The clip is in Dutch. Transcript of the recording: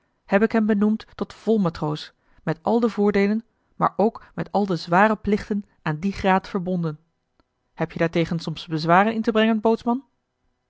heb ik hem benoemd tot vol matroos met al de voordeelen maar ook met al de zware plichten aan dien graad verbonden heb-je daartegen soms bezwaren in te brengen bootsman